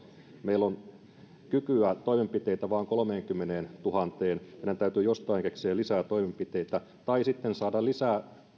meillä on toimenpiteitä vain kolmeenkymmeneentuhanteen meidän täytyy jostain keksiä lisää toimenpiteitä tai sitten saada lisää